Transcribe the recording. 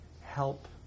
help